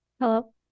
Hello